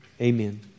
amen